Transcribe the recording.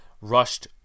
rushed